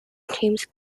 james